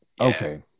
okay